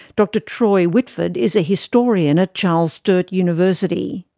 dr troy whitford is a historian at charles sturt university.